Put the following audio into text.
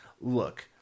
look